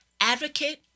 advocate